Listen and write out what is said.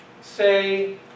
say